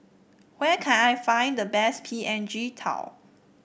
where can I find the best P N G tao